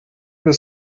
bis